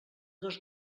dos